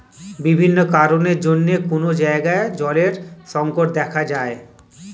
বিভিন্ন কারণের জন্যে কোন জায়গায় জলের সংকট দেখা যায়